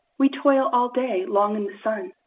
we toll all day long in the sun.